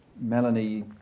Melanie